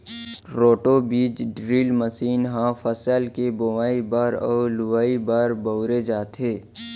roto बीज drill machine ह फसल के बोवई बर अउ लुवाई बर बउरे जाथे